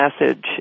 message